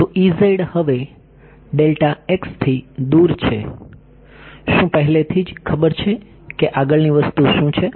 તો હવે થી દૂર છે શું પહેલેથી જ ખબર છે કે આગળની વસ્તુ શું છે